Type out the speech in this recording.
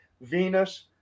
Venus